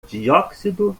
dióxido